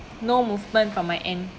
no movement from my end